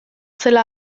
zela